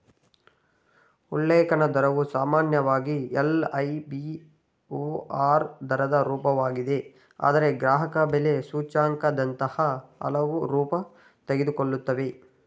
ಉಲ್ಲೇಖ ದರವು ಸಾಮಾನ್ಯವಾಗಿ ಎಲ್.ಐ.ಬಿ.ಓ.ಆರ್ ದರದ ರೂಪವಾಗಿದೆ ಆದ್ರೆ ಗ್ರಾಹಕಬೆಲೆ ಸೂಚ್ಯಂಕದಂತಹ ಹಲವು ರೂಪ ತೆಗೆದುಕೊಳ್ಳುತ್ತೆ